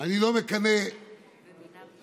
אני לא מקנא בלחצים